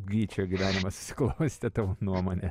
gyčio gyvenimas susiklostė tavo nuomone